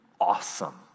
awesome